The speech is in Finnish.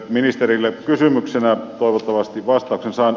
ministerille kysymyksenä toivottavasti vastauksen saan